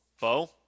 Bo